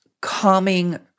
calming